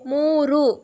ಮೂರು